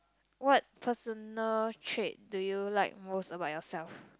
what personal trait do you like most about yourself